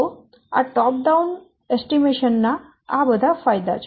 તો આ top down અંદાજ નાં આ ફાયદા છે